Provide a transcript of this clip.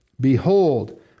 Behold